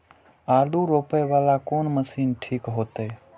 आलू रोपे वाला कोन मशीन ठीक होते?